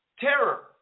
Terror